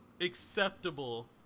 acceptable